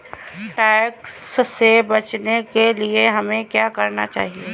Tax से बचने के लिए हमें क्या करना चाहिए?